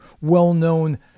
well-known